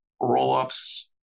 roll-ups